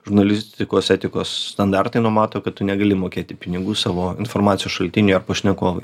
žurnalistikos etikos standartai numato kad tu negali mokėti pinigų savo informacijos šaltiniui ar pašnekovui